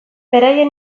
beraien